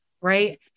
Right